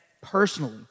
personally